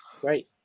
great